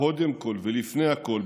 קודם כול ולפני הכול,